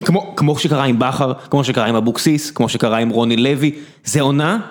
כמו, כמו שקרה עם בכר, כמו שקרה עם אבוקסיס, כמו שקרה עם רוני לוי, זה עונה